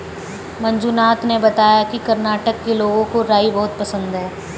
मंजुनाथ ने बताया कि कर्नाटक के लोगों को राई बहुत पसंद है